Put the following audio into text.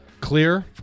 clear